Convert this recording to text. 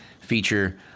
feature